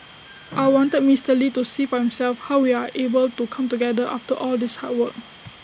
I wanted Mr lee to see for himself how we are able to come together after all these hard work